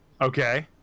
Okay